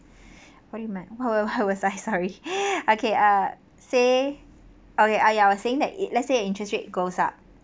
where am I where where where was I sorry okay say okay ah ya I was saying that it let's say your interest rate goes up